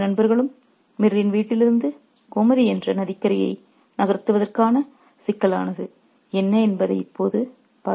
இரண்டு நண்பர்களும் மீரின் வீட்டிலிருந்து கோமதி என்ற நதிக்கரையை நகர்த்துவதற்கான சிக்கலானது என்ன என்பதை இப்போது பார்ப்போம்